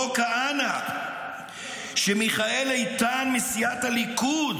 אותו כהנא שמיכאל איתן מסיעת הליכוד